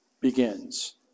begins